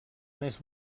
més